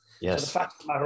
Yes